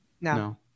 No